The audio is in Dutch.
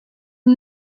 een